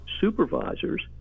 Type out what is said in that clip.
supervisors